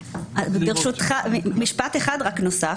ברשותך, משפט אחד נוסף.